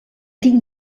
tinc